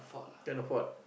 can afford